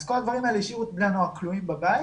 כל הדברים האלה השאירו את בני הנוער כלואים בבית